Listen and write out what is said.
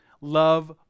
Love